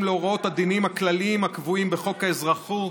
להוראות הדינים הכלליים הקבועים בחוק האזרחות,